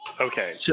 Okay